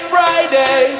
Friday